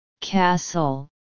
Castle